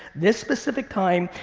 this specific time,